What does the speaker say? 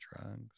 drugs